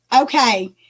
okay